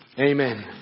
Amen